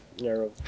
Narrow